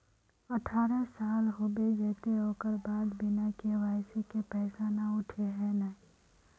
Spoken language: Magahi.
अठारह साल होबे जयते ओकर बाद बिना के.वाई.सी के पैसा न उठे है नय?